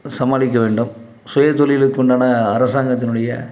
சமாளிக்க வேண்டும் சுயதொழிலுக்கு உண்டான அரசாங்கத்துனுடைய